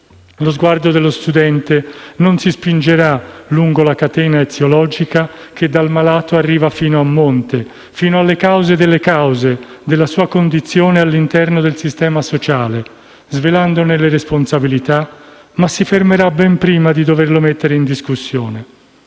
lo sguardo dello studente non si spingerà lungo la catena eziologica che dal malato arriva, a monte, fino alle cause delle cause della sua condizione all'interno del sistema sociale, svelandone le responsabilità, ma si fermerà ben prima di doverlo mettere in discussione.